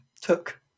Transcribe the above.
took